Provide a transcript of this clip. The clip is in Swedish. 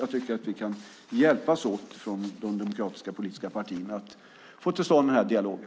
Jag tycker att vi kan hjälpas åt från de demokratiska politiska partierna att få till stånd den här dialogen.